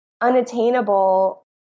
unattainable